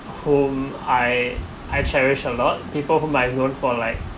whom I I cherish a lot people whom I've known for like